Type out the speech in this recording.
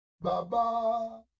Baba